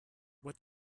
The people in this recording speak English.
what